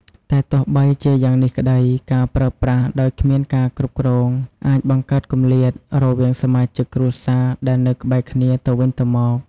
តែទោះបីជាយ៉ាងនេះក្ដី ការប្រើប្រាស់ដោយគ្មានការគ្រប់គ្រងអាច បង្កើតគម្លាត រវាងសមាជិកគ្រួសារដែលនៅក្បែរគ្នាទៅវិញទៅមក។